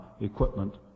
equipment